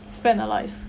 spend on vice